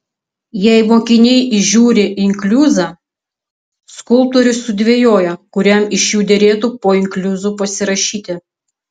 jei mokiniai įžiūri inkliuzą skulptorius sudvejoja kuriam iš jų derėtų po inkliuzu pasirašyti